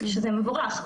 שזה מבורך.